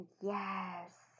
Yes